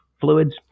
fluids